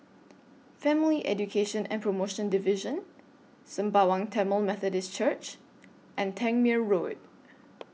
Family Education and promotion Division Sembawang Tamil Methodist Church and Tangmere Road